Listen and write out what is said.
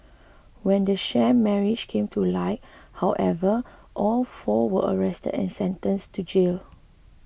when the sham marriage came to light however all four were arrested and sentenced to jail